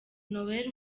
noel